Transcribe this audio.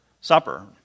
supper